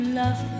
love